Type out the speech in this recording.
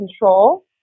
control